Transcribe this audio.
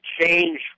change